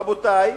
רבותי,